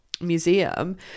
museum